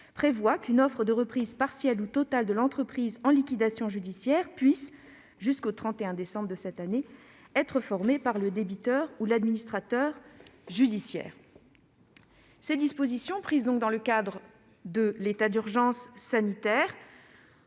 prévoit qu'une offre de reprise partielle ou totale de l'entreprise en liquidation judiciaire peut, jusqu'au 31 décembre de cette année, être formée par le débiteur ou l'administrateur judiciaire. Cette disposition prise dans le cadre de l'état d'urgence sanitaire